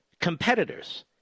competitors